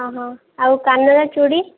ଓହୋ ଆଉ କାନର ଚୁଡ଼ି